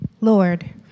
Lord